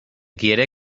quiere